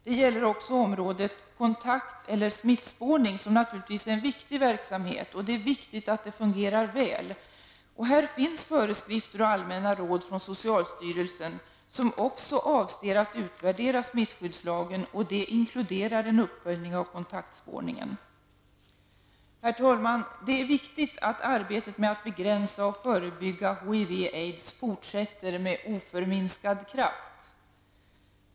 Detta gäller också området kontakt eller smittspårning, som naturligtvis är en angelägen verksamhet, och det är viktigt att denna verksamhet fungerar väl. Här finns föreskrifter och allmänna råd från socialstyrelsen, som också avser att utvärdera smittskyddslagen, vilket inkluderar en uppföljning av kontaktspårning. Herr talman! Det är viktigt att arbetet med att begränsa och förebygga HIV/aids fortsätter med oförminskad kraft.